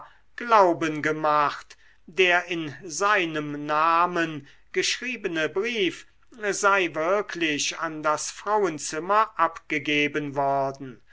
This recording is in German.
glauben gemacht der in seinem namen geschriebene brief sei wirklich an das frauenzimmer abgegeben worden